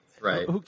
right